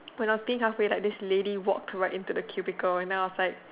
when I was peeing half way like this lady walked right into the cubicle and then I was like